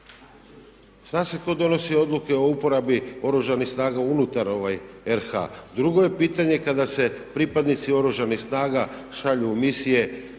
Zna se tko donosi odluke o uporabi Oružanih snaga unutar RH. Drugo je pitanje kada se pripadnici Oružanih snaga šalju u misije